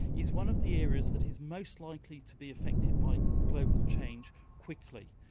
is one of the areas that is most likely to be affected by global change quickly,